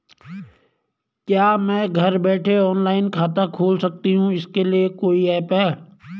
क्या मैं घर बैठे ऑनलाइन खाता खोल सकती हूँ इसके लिए कोई ऐप है?